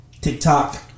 tiktok